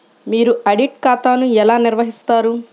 మీరు ఆడిట్ ఖాతాను ఎలా నిర్వహిస్తారు?